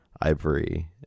ivory